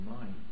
mind